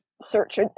Search